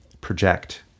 project